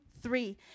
Three